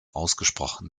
ausgesprochen